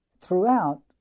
Throughout